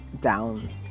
down